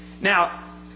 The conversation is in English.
Now